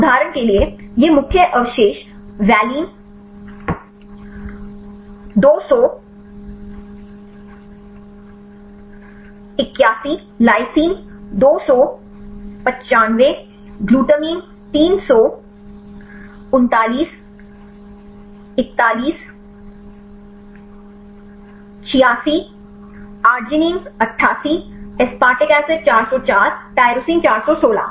उदाहरण के लिए ये मुख्य अवशेष valine 281 lysine 295 glutamine 339 41 86 arg 88 aspartic acid 404 tyrosine 416